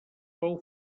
fou